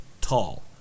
tall